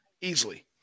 easily